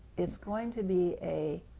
is going to be a